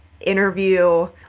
interview